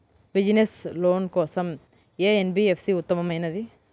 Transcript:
Business loan కోసం ఏ NBFC ఉత్తమమైనది?